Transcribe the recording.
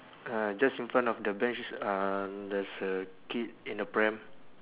uh just in front of the bench is um there's a kid in a pram